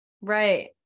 Right